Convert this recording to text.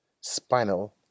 Spinal